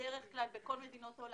בדרך כלל מקומי בכל מדינות העולם.